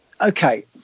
okay